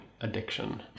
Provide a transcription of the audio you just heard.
addiction